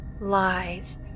lies